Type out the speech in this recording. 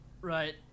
Right